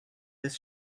this